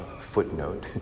footnote